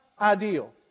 ideal